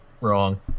wrong